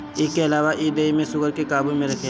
इके अलावा इ देहि में शुगर के काबू में रखेला